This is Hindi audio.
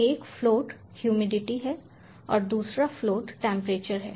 तो एक फ्लोट ह्यूमिडिटी है और दूसरा फ्लोट टेंपरेचर है